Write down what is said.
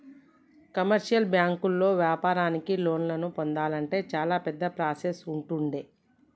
commercial బ్యాంకుల్లో వ్యాపారానికి లోన్లను పొందాలంటే చాలా పెద్ద ప్రాసెస్ ఉంటుండే